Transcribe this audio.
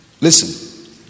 Listen